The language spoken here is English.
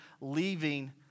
leaving